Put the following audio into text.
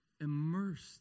immersed